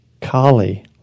Kali